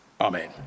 Amen